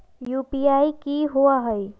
UPI कि होअ हई?